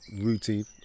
routine